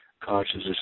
consciousness